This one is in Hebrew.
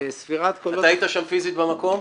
אתה היית שם פיזית במקום?